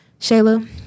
Shayla